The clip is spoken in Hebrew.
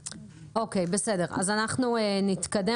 אוקיי, בסדר, אז אנחנו נתקדם.